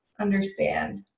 understand